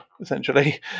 essentially